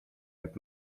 jak